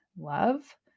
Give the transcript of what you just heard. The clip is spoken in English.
love